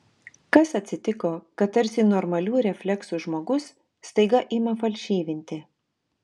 kas atsitiko kad tarsi normalių refleksų žmogus staiga pradeda falšyvinti